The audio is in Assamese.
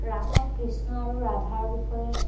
ৰাসত কৃষ্ণ আৰু ৰাধাৰ বিষয়ে